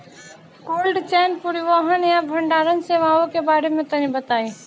Cold chain परिवहन या भंडारण सेवाओं के बारे में तनी बताई?